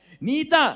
Nita